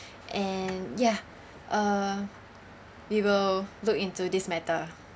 and ya uh we will look into this matter